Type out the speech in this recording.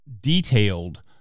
detailed